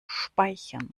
speichern